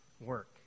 work